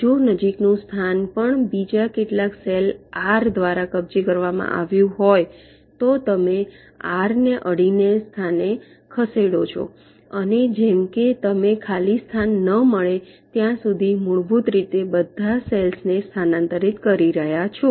જો નજીકનું સ્થાન પણ બીજા કેટલાક સેલ આર દ્વારા કબજે કરવામાં આવ્યું હોય તો તમે આર ને અડીને સ્થાને ખસેડો છો અને જેમ કે તમે ખાલી સ્થાન ન મળે ત્યાં સુધી મૂળભૂત રીતે બધા સેલ્સને સ્થાનાંતરિત કરી રહ્યાં છો